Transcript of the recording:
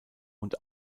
und